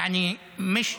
להוראה.